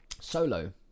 solo